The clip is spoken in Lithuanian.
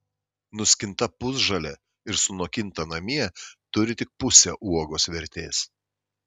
nuskinta pusžalė ir sunokinta namie turi tik pusę uogos vertės